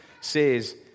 says